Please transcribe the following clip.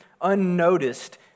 unnoticed